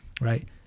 right